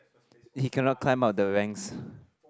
he cannot climb up the ranks